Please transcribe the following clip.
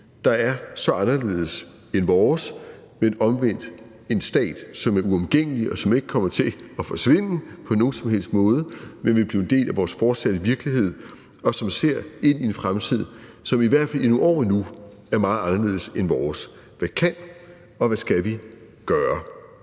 der er så anderledes end vores, men omvendt en stat, som er uomgængelig, og som ikke kommer til at forsvinde på nogen som helst måde, men vil blive en del af vores fortsatte virkelighed, og som ser ind i en fremtid, som i hvert fald i nogle år endnu er meget anderledes end vores? Hvad kan og skal vi gøre?